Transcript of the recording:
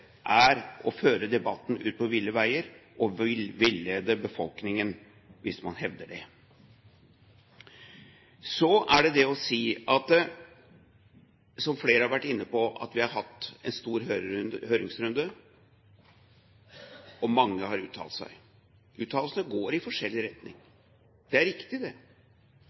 er å føre debatten ut på ville veier og villede befolkningen, hvis man hevder det. Så er det det å si, som flere har vært inne på, at vi har hatt en stor høringsrunde, og mange har uttalt seg. Uttalelsene går i forskjellige retninger. Det er riktig, det.